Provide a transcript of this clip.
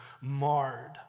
marred